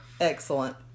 Excellent